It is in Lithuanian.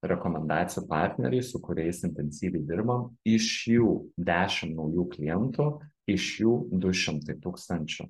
rekomendacijų partneriai su kuriais intensyviai dirbam iš jų dešim naujų klientų iš jų du šimtai tūkstančių